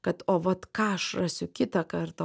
kad o vat ką aš rasiu kitą kartą